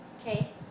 okay